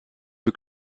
peu